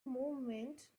movement